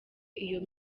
iyo